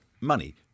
money